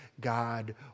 God